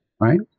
Right